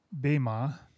BEMA